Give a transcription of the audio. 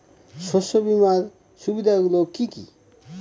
শস্য বিমার সুবিধাগুলি কি কি?